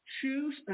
choose